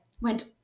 went